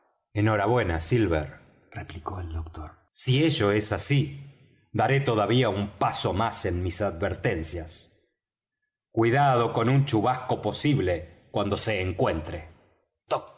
buena silver replicó el doctor si ello es así daré todavía un paso más en mis advertencias cuidado con un chubasco posible cuando se encuentre